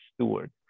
Steward